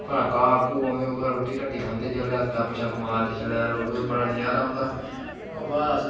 उप्परा उ'ऐ घाह् रूट्टी खंदे जिसलै अस तां गपशप मारदे छड़ा बड़ा नजारा औंदा बाद अस